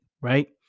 right